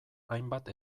hainbat